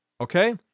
Okay